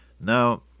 Now